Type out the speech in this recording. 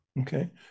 Okay